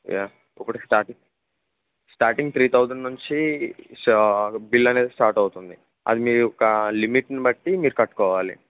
ఒకటి starting starting three thousand నుంచి bill అనేది స్టార్ట్ అవుతుంది అది మీ యొక్క లిమిట్ని బట్టి మీరు కట్టుకోవాలి